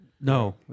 No